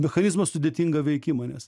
mechanizmo sudėtingą veikimą nes